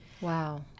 Wow